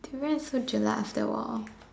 durian is so jelak after a while